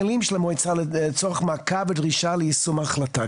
המועצה לצורך מעקב ודרישה ליישום ההחלטה?